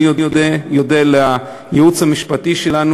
אני אודה לייעוץ המשפטי שלנו,